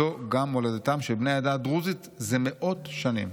זו גם מולדתם של בני העדה הדרוזית זה מאות שנים.